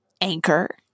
Anchor